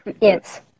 Yes